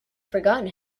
forgotten